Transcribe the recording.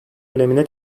önemine